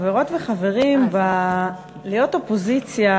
חברות וחברים, להיות אופוזיציה